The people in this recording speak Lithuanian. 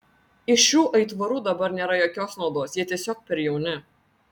iš šių aitvarų dabar nėra jokios naudos jie tiesiog per jauni